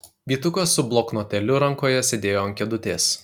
vytukas su bloknotėliu rankoje sėdėjo ant kėdutės